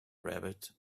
rabbit